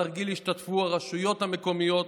בתרגיל ישתתפו הרשויות המקומיות,